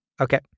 Okay